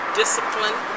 discipline